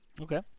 Okay